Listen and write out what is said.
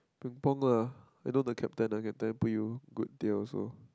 Tepong lah you know the captain I can tell you put you good day also